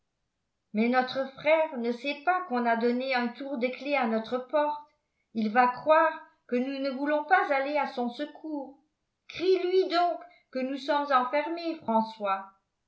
mais notre frère ne sait pas qu'on a donné un tour de clef à notre porte il va croire que nous ne voulons pas aller à son secours crie lui donc que nous sommes enfermés françois